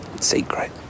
Secret